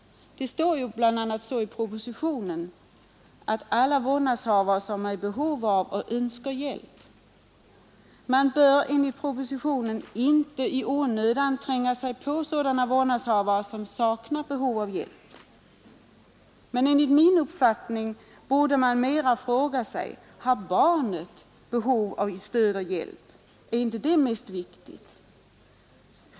Det talas ju i propositionen om alla vårdnadshavare som är i behov av och önskar hjälp. Man bör enligt propositionen inte i onödan tränga sig på sådana vårdnadshavare som saknar behov av hjälp. Men enligt min uppfattning borde man hellre fråga sig: Har barnet behov av stöd och hjälp? Är inte det viktigast?